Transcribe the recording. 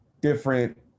different